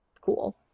cool